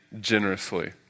generously